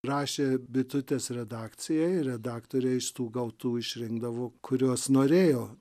rašė bitutės redakcijai ir redaktorė iš tų gautų išrinkdavo kuriuos norėjo